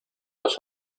los